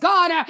God